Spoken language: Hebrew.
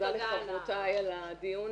תודה לחברותיי על הדיון